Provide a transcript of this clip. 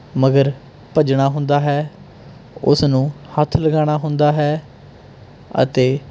ਮਗਰ ਭੱਜਣਾ ਹੁੰਦਾ ਹੈ ਉਸਨੂੰ ਹੱਥ ਲਗਾਣਾ ਹੁੰਦਾ ਹੈ ਅਤੇ